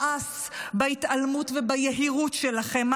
מאס בהתעלמות וביהירות שלכם,